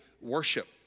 worship